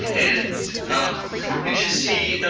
and you can see,